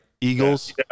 eagles